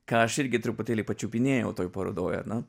ką aš irgi truputėlį pačiupinėjau toj parodoj ar ne